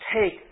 take